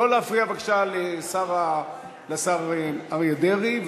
לא להפריע בבקשה לשר אריה דרעי,